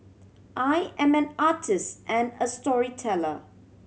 I am an artist and a storyteller